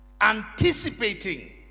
anticipating